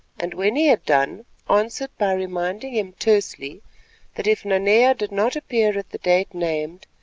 and when he had done answered by reminding him tersely that if nanea did not appear at the date named,